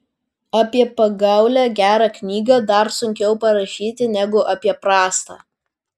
apie pagaulią gerą knygą dar sunkiau parašyti negu apie prastą